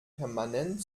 permanent